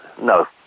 no